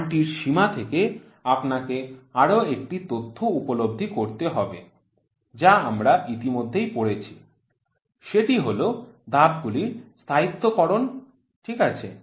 মানটির সীমা থেকে আপনাকে আরও একটি তথ্য উপলব্ধি করতে হবে যা আমরা ইতিমধ্যেই পড়েছি সেটি হল ধাপগুলির স্থায়িত্বকরণ ঠিক আছে